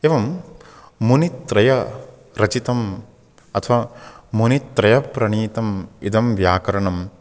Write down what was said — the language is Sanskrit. एवं मुनित्रयं रचितम् अथवा मुनित्रयं प्रणितम् इदं व्याकरणम्